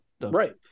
Right